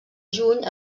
juny